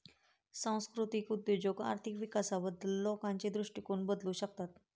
सांस्कृतिक उद्योजक आर्थिक विकासाबद्दल लोकांचे दृष्टिकोन बदलू शकतात